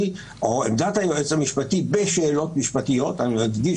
או עמדת היועץ המשפטי בשאלות משפטיות אני מדגיש,